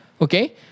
Okay